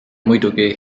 muidugi